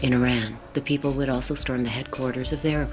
in iran the people would also storm the headquarters of their